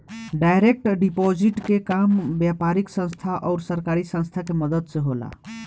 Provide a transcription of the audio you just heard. direct deposit के काम व्यापारिक संस्था आउर सरकारी संस्था के मदद से होला